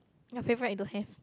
my favourite acronym